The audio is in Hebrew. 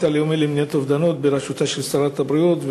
הלאומי למניעת אובדנות בראשותה של שרת הבריאות,